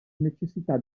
necessità